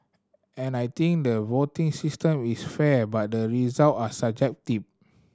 and I think the voting system is fair but the result are subjective